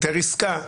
היתר עסקה,